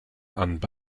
and